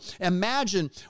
imagine